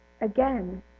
Again